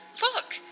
Look